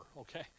Okay